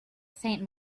faint